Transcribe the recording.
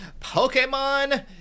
Pokemon